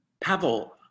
Pavel